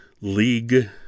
league